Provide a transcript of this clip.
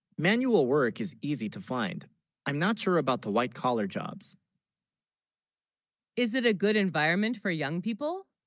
manual work is easy to find i'm not sure about the white-collar jobs is it a good environment for young people